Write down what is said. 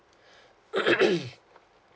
mm